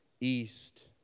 east